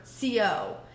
co